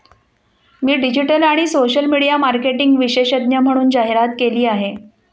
मी digital आणि social media marketing विशेषज्ञ म्हणून जाहिरात केली आहे